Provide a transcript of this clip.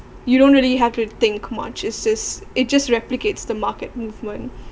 you don't really have to think much it is it just replicates the market movement